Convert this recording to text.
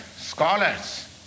scholars